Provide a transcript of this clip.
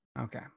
Okay